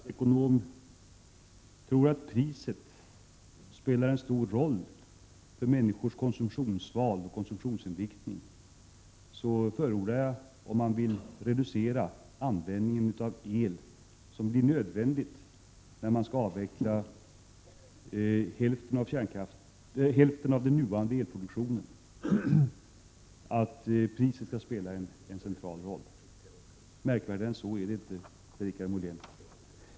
Herr talman! Eftersom jag som god marknadsekonom tror att priset betyder mycket för människors konsumtionsval och konsumtionsinriktning, förordar jag i syfte att hålla tillbaka en ökande användning av el att priset skall spela en central roll. Märkvärdigare än så är det inte, Per-Richard Molén.